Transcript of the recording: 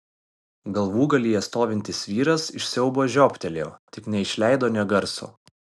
galvūgalyje stovintis vyras iš siaubo žiobtelėjo tik neišleido nė garso